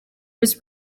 was